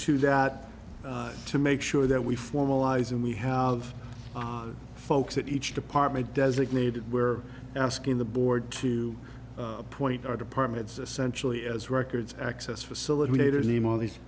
to that to make sure that we formalize and we have folks at each department designated where asking the board to appoint our departments essentially as records access facilitators name of the